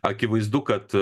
akivaizdu kad